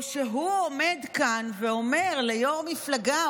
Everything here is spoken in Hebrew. או שהוא עומד כאן ואומר ליו"ר הכנסת,